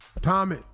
Tommy